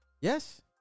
Yes